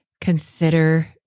consider